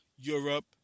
Europe